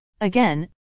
Again